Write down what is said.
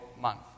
month